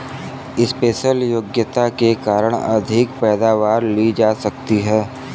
special योग्यता के कारण अधिक पैदावार ली जा सकती है